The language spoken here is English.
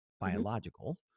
biological